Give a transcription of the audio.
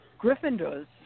Gryffindors